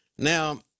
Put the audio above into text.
Now